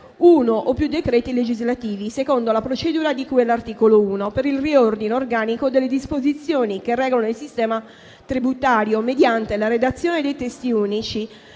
uno o più decreti legislativi, secondo la procedura di cui all'articolo 1, per il riordino organico delle disposizioni che regolano il sistema tributario, mediante la redazione dei testi unici,